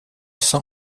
sans